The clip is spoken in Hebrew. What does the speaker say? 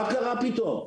מה קרה פתאום?